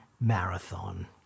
marathon